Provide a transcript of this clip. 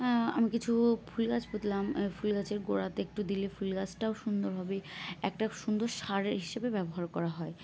আমি কিছু ফুল গাছ পুঁতলাম ফুল গাছের গোড়াতে একটু দিলে ফুলগাছটাও সুন্দর হবে একটা সুন্দর সারের হিসেবে ব্যবহার করা হয়